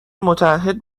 متعهد